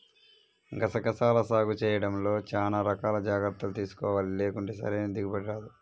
గసగసాల సాగు చేయడంలో చానా రకాల జాగర్తలు తీసుకోవాలి, లేకుంటే సరైన దిగుబడి రాదు